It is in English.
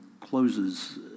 closes